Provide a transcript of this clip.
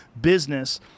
business